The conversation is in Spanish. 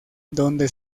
donde